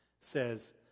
says